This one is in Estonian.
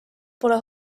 pole